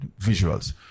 Visuals